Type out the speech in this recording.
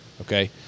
okay